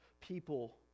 people